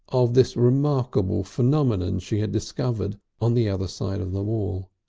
of this remarkable phenomenon she had discovered on the other side of the wall.